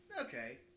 Okay